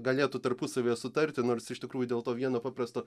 galėtų tarpusavyje sutarti nors iš tikrųjų dėl to vieno paprasto